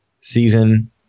season